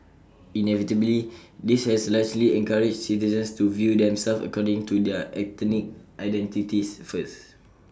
inevitably this has largely encouraged citizens to view themselves according to their ethnic identities first